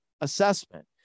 assessment